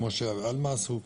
כמו שעלמה עשו,